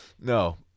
No